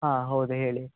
ಹಾಂ ಹೌದಾ ಹೇಳಿ